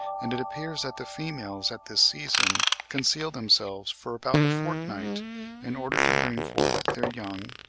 and it appears that the females at this season conceal themselves for about a fortnight in order to bring forth their young,